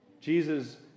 Jesus